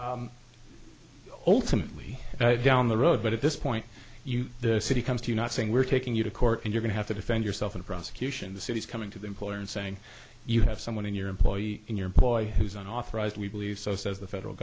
ultimately down the road but at this point the city comes to not saying we're taking you to court and you're going have to defend yourself and prosecution the city is coming to the employer and saying you have someone in your employee in your employ who's an authorized we believe so says the federal